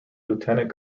lieutenant